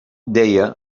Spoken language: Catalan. deia